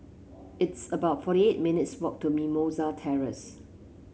it's about forty eight minutes' walk to Mimosa Terrace